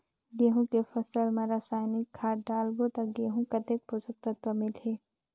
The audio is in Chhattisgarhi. गंहू के फसल मा रसायनिक खाद डालबो ता गंहू कतेक पोषक तत्व मिलही?